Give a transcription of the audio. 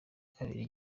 kabiri